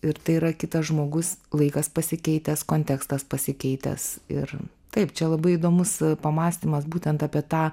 ir tai yra kitas žmogus laikas pasikeitęs kontekstas pasikeitęs ir taip čia labai įdomus pamąstymas būtent apie tą